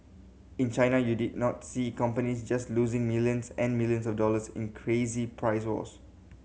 in China you did not see companies just losing millions and millions of dollars in crazy price wars